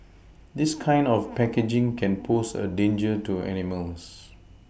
this kind of packaging can pose a danger to animals